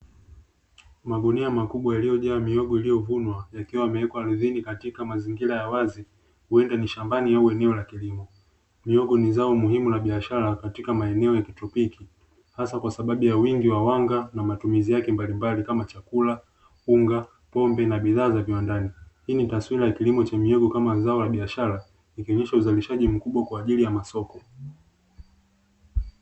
Magunia makubwa yaliyojaa mihogo iliyovunwa yakiwa yamewekwa ardhini katika mazingira ya wazi huenda ni shambani au eneo la kilimo, mihogo ni zao muhimu na biashara katika maeneo ya kitropiki, hasa kwa sababu ya wingi wa wanga na matumizi yake mbalimbali kama, chakula unga pombe na bidhaa za viwandani hii ni taswira ya kilimo cha mihogo kama zao la biashara ikirushwa uzalishaji mkubwa kwa ajili ya masoko.